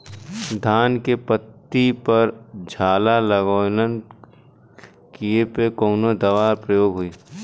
धान के पत्ती पर झाला लगववलन कियेपे कवन दवा प्रयोग होई?